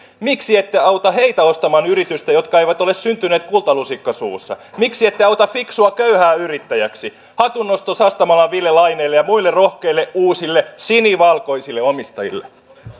miksi ette auta heitä ostamaan yritystä jotka eivät ole syntyneet kultalusikka suussa miksi ette auta fiksua köyhää yrittäjäksi hatunnosto sastamalan ville laineelle ja muille rohkeille uusille sinivalkoisille omistajille arvoisa